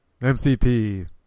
MCP